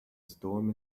storm